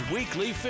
Weekly